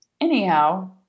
Anyhow